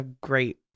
great